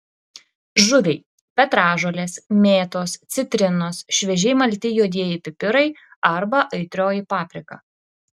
žuviai petražolės mėtos citrinos šviežiai malti juodieji pipirai arba aitrioji paprika